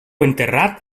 enterrat